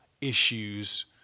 issues